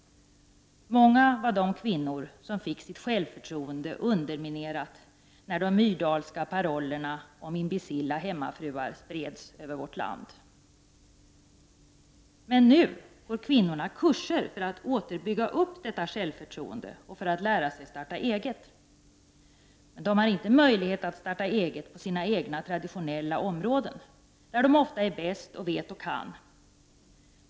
Många var de kvinnor som fick självförtroendet underminerat när de Myrdalska parollerna om ”imbecilla hemmafruar” spred sig över vårt land. Men nu går kvinnorna kurser för att åter bygga upp det raserade självförtroendet och få lära sig att starta eget. Men de har inte möjlighet att starta eget på sina egna traditionella områden där de oftast är bäst och vet och kan.